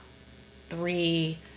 three